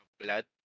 blood